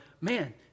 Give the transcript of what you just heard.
man